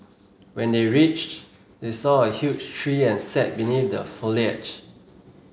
when they reached they saw a huge tree and sat beneath the foliage